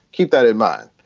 keep that in mind.